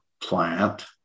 plant